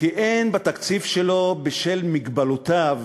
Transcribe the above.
כי אין בתקציב שלו, בשל מגבלותיו